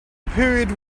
period